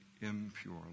impure